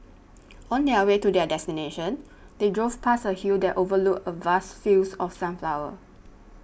on their way to their destination they drove past a hill that overlooked a vast fields of sunflowers